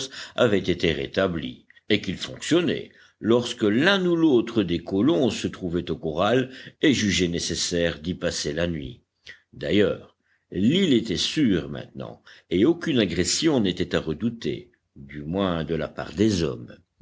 avait été rétabli et qu'il fonctionnait lorsque l'un ou l'autre des colons se trouvait au corral et jugeait nécessaire d'y passer la nuit d'ailleurs l'île était sûre maintenant et aucune agression n'était à redouter du moins de la part des hommes